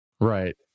right